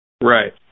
Right